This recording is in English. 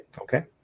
Okay